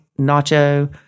nacho